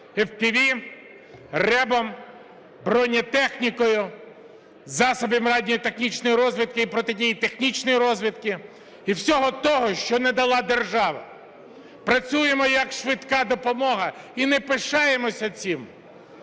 FPV, РЕБ, бронетехнікою, засобами радіотехнічної розвідки і протидії технічній розвідці, і всього того, що не дала держава. Працюємо як "швидка" допомога і не пишаємося цим,